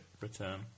return